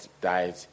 died